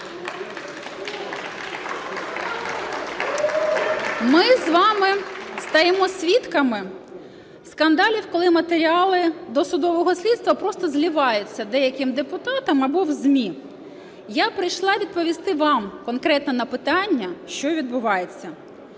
Ми з вами стаємо свідками скандалів, коли матеріали досудового слідства просто зливаються деяким депутатам або в ЗМІ. Я прийшла відповісти вам конкретно на питання, що відбувається.